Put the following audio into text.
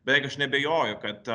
beveik aš neabejoju kad